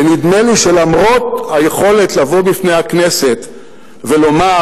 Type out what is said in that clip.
ונדמה לי שלמרות היכולת לבוא בפני הכנסת ולומר,